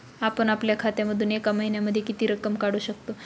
आपण आपल्या खात्यामधून एका महिन्यामधे किती रक्कम काढू शकतो?